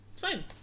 fine